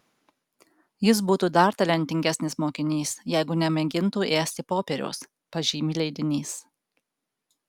jis būtų dar talentingesnis mokinys jeigu nemėgintų ėsti popieriaus pažymi leidinys